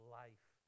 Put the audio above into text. life